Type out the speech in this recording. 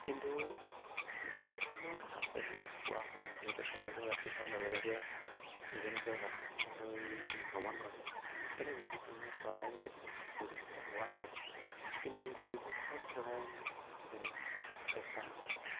কিন্তু বিশেষ ধৰণৰ সাফল্য পোৱা হোৱা নাই যিহেতু চৰাইবোৰ ৰাতি হোৱাৰ লগে লগে নিজৰ নিজৰ বাসস্থানলৈ গমন কৰে সেয়ে বিশেষ ধৰণৰ চৰাই পৰিলক্ষিত হোৱা নাই কিন্তু যিবোৰসকল চৰাই যেনে ফেঁচা